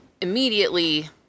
immediately